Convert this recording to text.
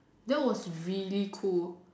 that was really cool